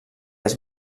els